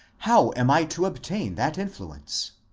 how am i to obtain that influence?